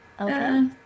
Okay